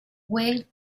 wait